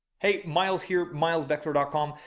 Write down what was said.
hey miles here. milesbeckler ah com.